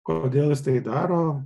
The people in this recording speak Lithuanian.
kodėl jis tai daro